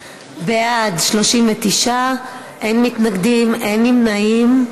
בעד, 39, אין מתנגדים, אין נמנעים.